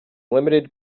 limited